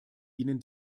ihnen